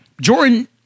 Jordan